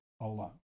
alone